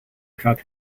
about